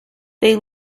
they